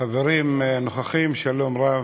חברים נוכחים, שלום רב,